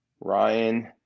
ryan